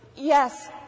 Yes